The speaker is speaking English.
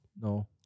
No